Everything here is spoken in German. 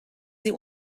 sie